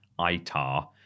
ITAR